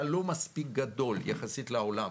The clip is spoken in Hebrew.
אתה לא מספיק גדול יחסית לעולם,